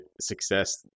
success